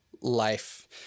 life